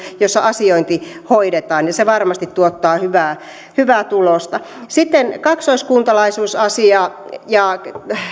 jossa asiointi hoidetaan se varmasti tuottaa hyvää hyvää tulosta sitten kaksoiskuntalaisuusasia ja